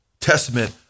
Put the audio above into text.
testament